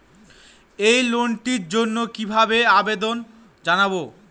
এই লোনটির জন্য কিভাবে আবেদন জানাবো?